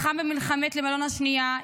לחם במלחמת לבנון השנייה,